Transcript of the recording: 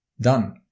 Done